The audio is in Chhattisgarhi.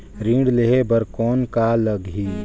ऋण लेहे बर कौन का लगही?